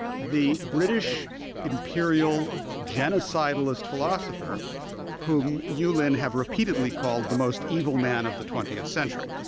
the british imperial genocidalist philosopher whom you, lyn, have repeatedly called the most evil man of the twentieth century.